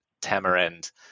tamarind